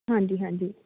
ਹਾਂਜੀ ਹਾਂਜੀ